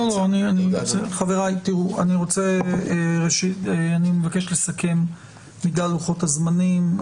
אני מבקש לסכם בגלל לוחות הזמנים.